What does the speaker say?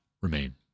remain